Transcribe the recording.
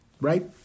right